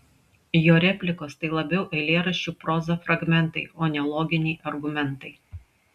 jo replikos tai labiau eilėraščių proza fragmentai o ne loginiai argumentai